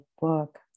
book